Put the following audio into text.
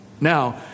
Now